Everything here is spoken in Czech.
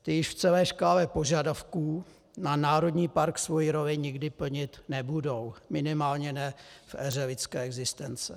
Ty již v celé škále požadavků na národní park svoji roli nikdy plnit nebudou, minimálně ne v éře lidské existence.